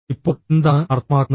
ഇപ്പോൾ എന്താണ് അർത്ഥമാക്കുന്നത്